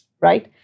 right